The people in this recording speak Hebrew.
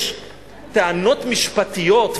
יש טענות משפטיות,